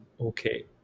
okay